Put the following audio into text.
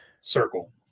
circle